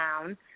Town